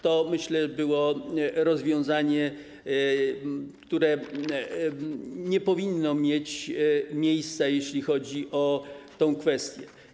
To, myślę, było rozwiązanie, które nie powinno mieć miejsca, jeśli chodzi o tę kwestię.